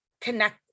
connect